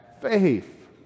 faith